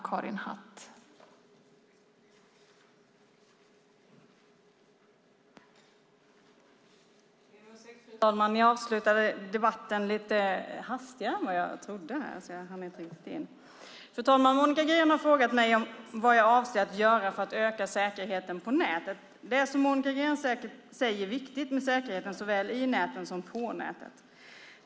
Fru talman! Monica Green har frågat mig om vad jag avser att göra för att öka säkerheten på nätet. Det är som Monica Green säger viktigt med säkerheten såväl i näten som på nätet.